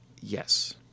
yes